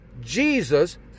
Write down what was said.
Jesus